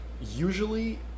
usually